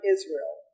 Israel